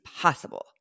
possible